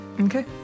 Okay